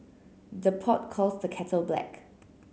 the pot calls the kettle black